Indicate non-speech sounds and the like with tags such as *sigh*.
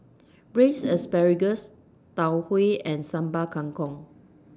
Braised *noise* Asparagus Tau Huay and Sambal Kangkong